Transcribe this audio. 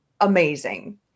amazing